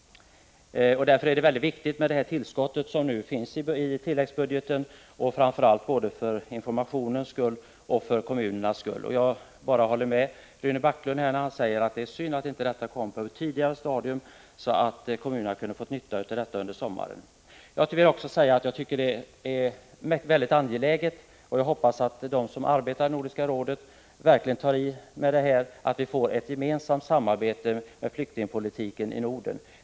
Därför är det tillskott som nu föreslås i tilläggsbudgeten mycket viktigt, både för informationens skull och för kommunernas skull. Jag håller med Rune Backlund om att det är synd att detta inte kom på ett tidigare stadium, så att kommunerna kunde ha fått nytta av det under sommaren. Jag vill också säga att jag tycker det är angeläget — jag hoppas att de som arbetar i Nordiska rådet verkligen tar itu med det — att vi får ett samarbete om flyktingpolitiken i Norden.